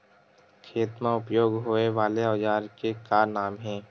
खेत मा उपयोग होए वाले औजार के का नाम हे?